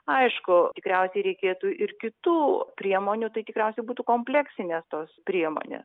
aišku tikriausiai reikėtų ir kitų priemonių tai tikriausiai būtų kompleksinės tos priemonės